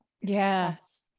yes